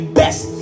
best